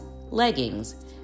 leggings